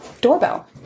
Doorbell